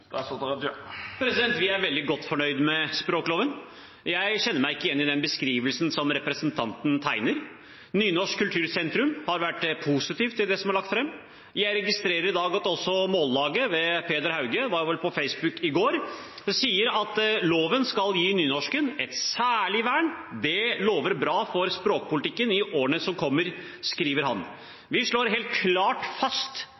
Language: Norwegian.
Vi er veldig godt fornøyd med språkloven. Jeg kjenner meg ikke igjen i den beskrivelsen representanten gir. Nynorsk kultursentrum har vært positive til det som har vært lagt fram. Jeg registrerer at også Peder Lofnes Hauge, leder i Noregs Mållag, på Facebook i går skrev at loven skal gi nynorsken et særlig vern. «Det lovar bra for språkpolitikken i åra som kjem», skriver han. Vi slår helt klart fast